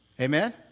Amen